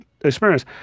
experience